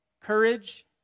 courage